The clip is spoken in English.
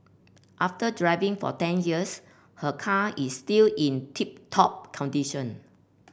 after driving for ten years her car is still in tip top condition